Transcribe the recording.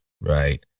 right